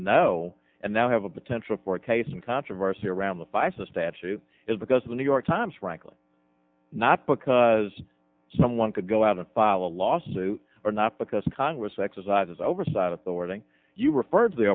know and now have a potential for a case in controversy around the five to statute is because of the new york times frankly not because someone could go out and file a lawsuit or not because congress exercises oversight of the wording you referred to the